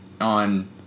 on